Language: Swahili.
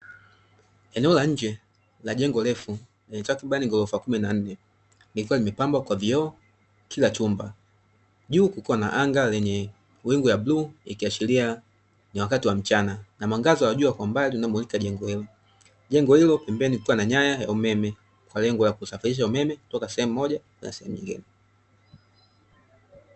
Eneo la nje la jengo refu lenye takribani ghorofa kumi na nne, likiwa limepambwa kwa vioo kila chumba. Juu kukiwa na anga lenye wingu ya bluu, ikiashiria ni wakati wa mchana. Na mwangaza wa jua kwa mbali unaomulika jengo hilo. Jengo hilo pembeni kukiwa na nyaya ya umeme, kwa lengo la kusafirisha umeme kutoka sehemu moja kwenda sehemu nyingine.